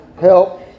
help